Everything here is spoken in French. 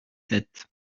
sept